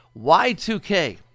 Y2K